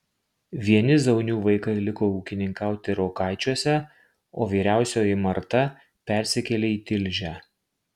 vieni zaunių vaikai liko ūkininkauti rokaičiuose o vyriausioji marta persikėlė į tilžę